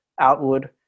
outward